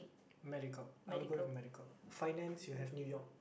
medical I would go with medical finance you have New-York